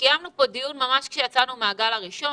קיימנו כאן דיון ממש עת יצאנו מהגל הראשון